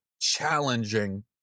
challenging